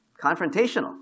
confrontational